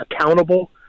accountable